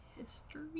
history